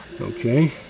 Okay